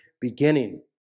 beginning